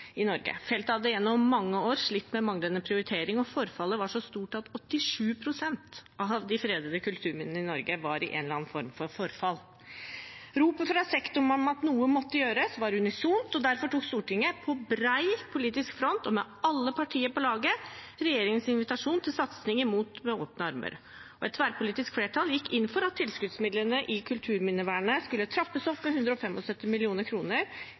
i Norge. Feltet hadde gjennom mange år slitt med manglende prioritering, og forfallet var så stort at 87 pst. av de fredede kulturminnene i Norge var i en eller annen form for forfall. Ropet fra sektoren om at noe måtte gjøres, var unisont. Derfor tok Stortinget – på bred politisk front og med alle partier på laget – imot regjeringens invitasjon til satsing med åpne armer, og et tverrpolitisk flertall gikk inn for at tilskuddsmidlene i kulturminnevernet skulle trappes opp med